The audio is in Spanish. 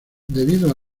debido